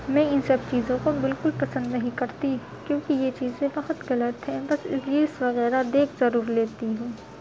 میں ان سب چیزوں کو بالکل پسند نہیں کرتی کیونکہ یہ چیزیں بہت غلط ہیں بس ریلس وغیرہ دیکھ ضرور لیتی ہوں